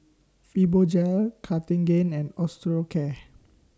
Fibogel Cartigain and Osteocare